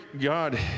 God